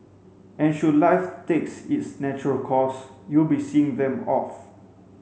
and should life takes its natural course you'll be seeing them off